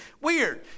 weird